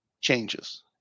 changes